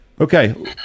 Okay